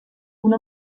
una